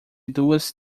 duas